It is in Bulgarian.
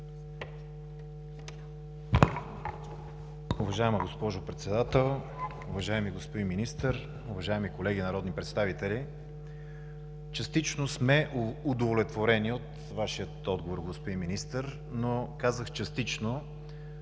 Уважаема госпожо Председател, уважаеми господин Министър, уважаеми колеги народни представители! Частично сме удовлетворени от Вашия отговор, господин Министър. Казах „частично“,